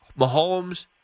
Mahomes